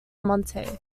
monte